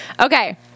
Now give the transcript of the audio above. Okay